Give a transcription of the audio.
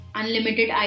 unlimited